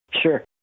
Sure